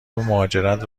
مهاجرت